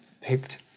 picked